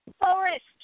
Forest